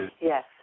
Yes